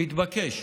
מתבקש,